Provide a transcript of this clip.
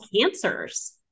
cancers